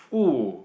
wow